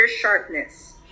sharpness